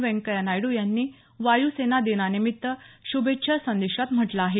व्यंकय्या नायडू यांनी वायू सेना दिनानिमित्त शुभेच्छा संदेशात म्हटलं आहे